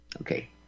okay